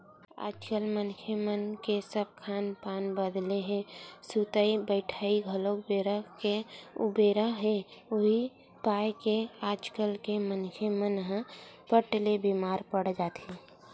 आजकल मनखे मन के सब खान पान बदले हे सुतई बइठई घलोक बेरा के उबेरा हे उहीं पाय के आजकल के मनखे मन ह फट ले बीमार पड़ जाथे